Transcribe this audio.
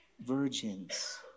virgins